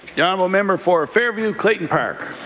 yeah um ah member for fairview-clayton park.